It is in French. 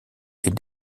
est